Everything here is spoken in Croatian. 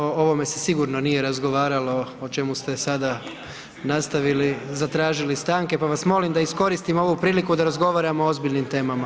O ovome se sigurno nije razgovaralo o čemu ste sada nastavili zatražili stanke pa vas molim da iskoristim ovu priliku da razgovaramo o ozbiljnim temama.